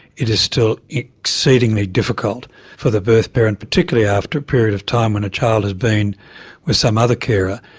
it is still exceedingly difficult for the birth parent, particularly after a period of time when a child has been with some other carer,